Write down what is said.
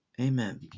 Amen